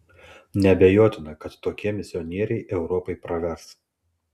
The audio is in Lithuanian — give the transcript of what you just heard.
neabejotina kad tokie misionieriai europai pravers